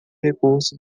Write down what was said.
recurso